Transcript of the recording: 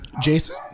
Jason